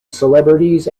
celebrities